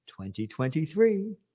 2023